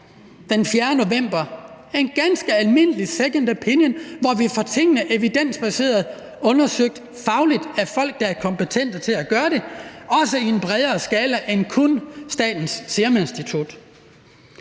den 4. november – en ganske almindelig evidensbaseret second opinion, hvor vi fik tingene fagligt undersøgt af folk, der var kompetente til at gøre det, også bredere end kun af Statens Serum Institut